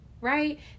Right